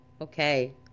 Okay